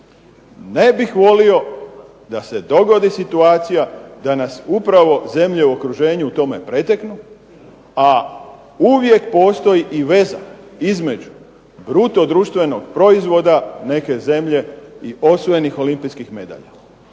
Ne bih volio da se dogodi situacija da nas upravo zemlje u okruženju u tome preteknu, a uvijek postoji i veza između bruto društvenog proizvoda neke zemlje i osvojenih olimpijskih medalja.